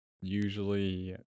usually